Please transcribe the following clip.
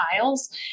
tiles